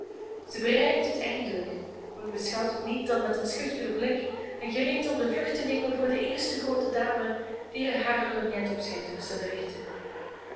zij bereikt het eindelijk maar beschouwt het niet dan met een schuchteren blik en gereed om de vlucht te nemen voor de eerste groote dame die er haar lorgnet op schijnt te zullen richten